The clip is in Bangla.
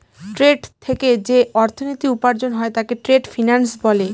ট্রেড থেকে যে অর্থনীতি উপার্জন হয় তাকে ট্রেড ফিন্যান্স বলে